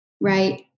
right